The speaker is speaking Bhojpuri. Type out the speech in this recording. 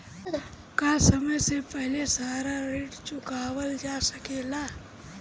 का समय से पहले सारा ऋण चुकावल जा सकेला?